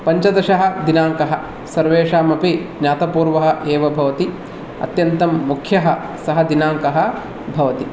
पञ्चदशदिनाङ्कः सर्वेषामपि ज्ञातपूर्वः एव भवति अत्यन्तं मुख्यः सः दिनाङ्कः भवति